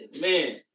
Man